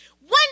One